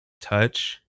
touch